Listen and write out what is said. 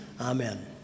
Amen